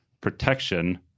protection